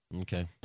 Okay